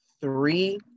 three